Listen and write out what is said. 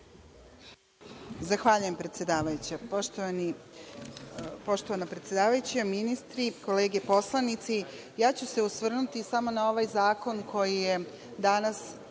Zahvaljujem. Poštovana predsedavajuća, ministri, kolege poslanici, ja ću se osvrnuti samo na ovaj zakon koji je danas